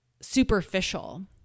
Superficial